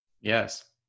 yes